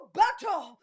battle